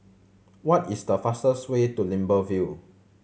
what is the fastest way to Libreville